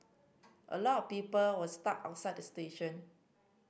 a lot of people were stuck outside the station